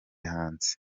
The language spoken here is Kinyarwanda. hanze